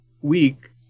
week